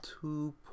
two